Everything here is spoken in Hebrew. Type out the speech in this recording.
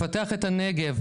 לפתח את הנגב,